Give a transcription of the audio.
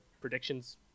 predictions